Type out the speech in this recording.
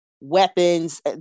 weapons